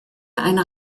einer